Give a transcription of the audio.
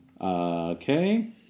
Okay